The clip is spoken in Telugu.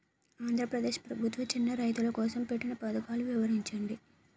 ఆంధ్రప్రదేశ్ ప్రభుత్వ చిన్నా రైతుల కోసం పెట్టిన పథకాలు వివరించండి?